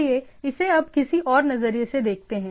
चलिए इसे अब किसी और नजरिये से देखते हैं